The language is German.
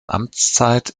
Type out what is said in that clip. amtszeit